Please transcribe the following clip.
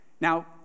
Now